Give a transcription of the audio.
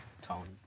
Tone